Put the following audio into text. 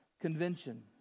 Convention